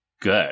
good